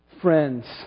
friends